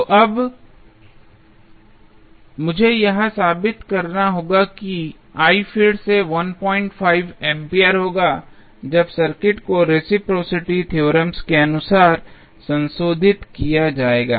तो अब मुझे यह साबित करना होगा कि I फिर से 15 एम्पीयर होगा जब सर्किट को रेसिप्रोसिटी थ्योरम के अनुसार संशोधित किया जाएगा